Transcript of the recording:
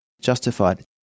Justified